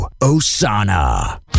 Osana